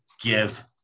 give